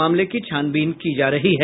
मामले की छानबीन की जा रही है